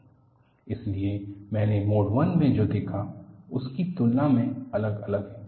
typical photoelastic fringes for mixed mode loading इसलिए मैंने mode 1 में जो देखा उसकी तुलना में अलग अलग है